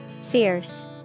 Fierce